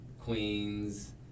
queens